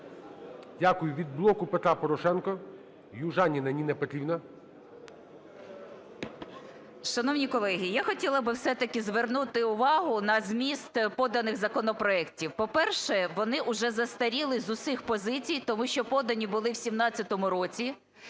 Дякую. Від "Блоку Петра Порошенка" Южаніна Ніна Петрівна. 13:45:06 ЮЖАНІНА Н.П. Шановні колеги, я хотіла би, все-таки, звернути увагу на зміст поданих законопроектів. По-перше, вони вже застарілі з усіх позицій, тому що подані були в 17-му році.